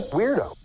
weirdo